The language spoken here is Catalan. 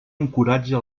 encoratja